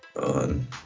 On